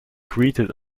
greeted